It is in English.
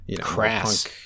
Crass